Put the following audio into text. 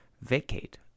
vacate